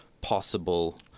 possible